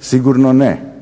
sigurno ne,